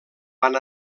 van